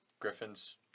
Griffin's